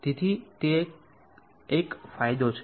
તેથી તે એક ફાયદો છે